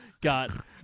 got